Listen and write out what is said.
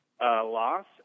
loss